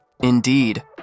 Indeed